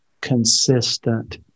consistent